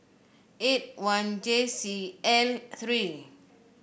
eight one J C L three